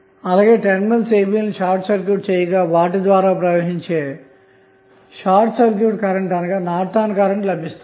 అలాగే terminals ab లను short circuit చేయగా వాటి ద్వారా ప్రవహించే షార్ట్ సర్క్యూట్ కరెంట్ అనగా నార్టన్ కరెంట్ లభిస్తుంది